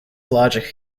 logic